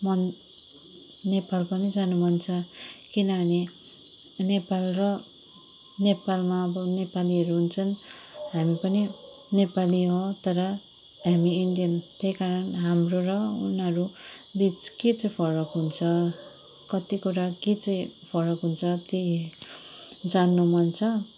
मन नेपाल पनि जानु मन छ किनभने नेपाल र नेपालमा अब नेपालीहरू हन्छन् हामी पनि नेपाली हो तर हामी इन्डियन त्यही कारण हाम्रो र उनीहरू बिच के चाहिँ फरक हुन्छ कति कुरा के चाहिँ फरक हुन्छ त्यही जान्नु मन छ